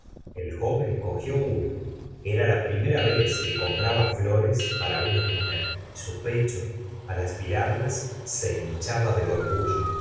el joven cogió uno era la primera vez que compraba flores para una mujer y su pecho al aspirarlas se hinchaba de orgullo